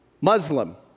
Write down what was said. Muslim